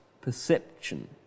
perception